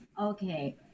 Okay